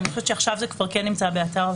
אני חושבת שעכשיו זה כן נמצא באתר הוועדה.